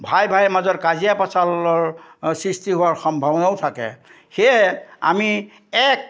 ভাই ভাই মাজৰ কাজিয়া পেচাঁলৰ সৃষ্টি হোৱাৰ সম্ভাৱনাও থাকে সেয়ে আমি এক